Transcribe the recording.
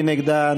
מי נגדה?